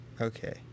okay